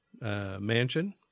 mansion